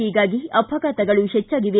ಹೀಗಾಗಿ ಅಪಘಾತಗಳು ಹೆಚ್ಚಾಗಿವೆ